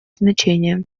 значение